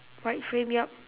white frame yup